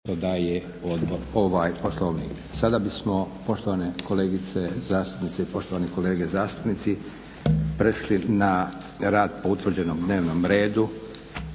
**Leko, Josip (SDP)** Sada bismo poštovane kolegice zastupnice i poštovani kolege zastupnici prešli na rad po utvrđenom dnevnom redu.